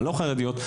הלא חרדיות,